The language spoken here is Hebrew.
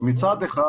מצד אחד